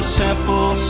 simple